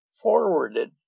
forwarded